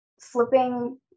flipping